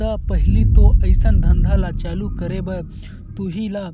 त पहिली तो अइसन धंधा ल चालू करे बर तुही ल